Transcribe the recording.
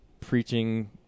preaching